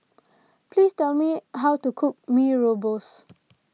please tell me how to cook Mee Rebus